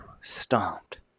stomped